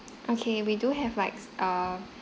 okay we do have like err